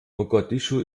mogadischu